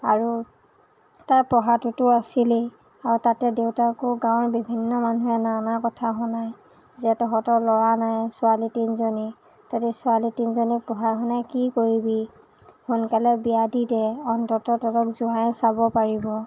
আৰু তাইৰ পঢ়াতোটো আছিলেই আৰু তাতে দেউতাকো গাঁৱৰ বিভিন্ন মানুহে নানা কথা শুনায় যে তহঁতৰ ল'ৰা নাই ছোৱালী তিনিজনী তহঁতি ছোৱালী তিনিজনীক পঢ়াই শুনাই কি কৰিবি সোনকালে বিয়া দি দে অন্ততঃ তহঁতক জোঁৱাইয়ে চাব পাৰিব